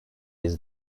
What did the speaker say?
his